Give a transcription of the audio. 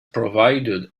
provided